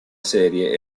serie